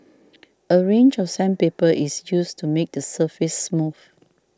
a range of sandpaper is used to make the surface smooth